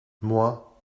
moi